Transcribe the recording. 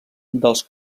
dels